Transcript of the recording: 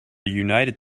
united